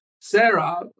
Sarah